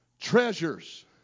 Treasures